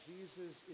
Jesus